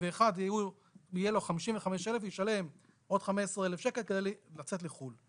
ואחד יהיה לו 55,000. הוא ישלם עוד 15,000 שקל כדי לצאת לחו"ל.